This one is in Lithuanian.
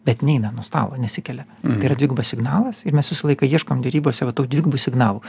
bet neina nuo stalo nesikelia tai yra dvigubas signalas ir mes visą laiką ieškom derybose va tų dvigubų signalų